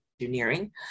engineering